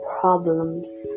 problems